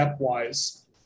stepwise